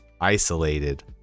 isolated